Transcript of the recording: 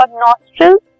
nostrils